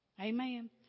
Amen